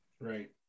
right